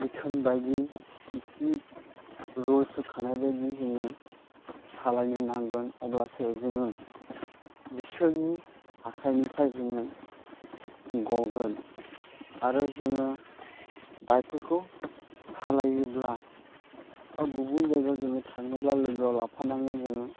बिथोनबायदि बिसोरनि रुल्स होखानाय बायदि जोङो सालायनो नांगोन अब्लासो जोङो बिसोरनि आखाइनिफ्राय जोङो ग'गोन आरो जोङो बाइकफोरखौ सालायोब्ला बा गुबुन जायगायाव जोङो थाङोब्ला लोगोआव लाफानांगोन जोङो